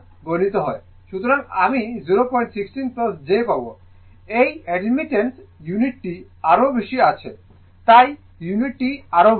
সুতরাং আমি 016 j পাব এই অ্যাডমিটেন্স ইউনিট টি আরও বেশি আছে তাই ইউনিট টি আরও বেশি